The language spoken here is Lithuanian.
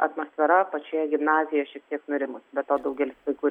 atmosfera pačioje gimnazijoje šiek tiek nurimus be to daugelis vaikų